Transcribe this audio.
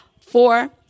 Four